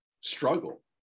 struggle